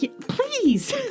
please